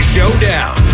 Showdown